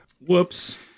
Whoops